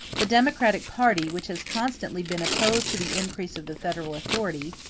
the democratic party, which has constantly been opposed to the increase of the federal authority,